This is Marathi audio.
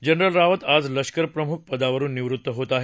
जनरल रावत आज लष्कर प्रमुख पदावरुन निवृत्त होत आहेत